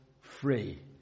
free